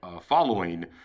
following